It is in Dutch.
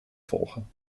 volgen